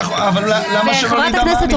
וחברת הכנסת,